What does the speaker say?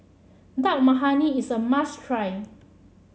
Dal Makhani is a must try